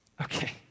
Okay